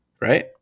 Right